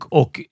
och